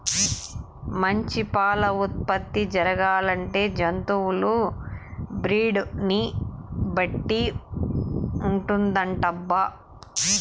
మంచి పాల ఉత్పత్తి జరగాలంటే జంతువుల బ్రీడ్ ని బట్టి ఉంటుందటబ్బా